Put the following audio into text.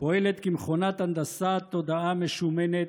פועלת כמכונת הנדסת תודעה משומנת,